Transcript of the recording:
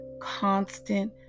constant